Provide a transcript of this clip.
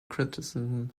criticism